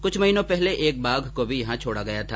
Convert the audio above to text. कुछ महीनों पहले एक बाघ को भी यहाँ छोड़ा गया था